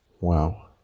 wow